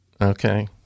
Okay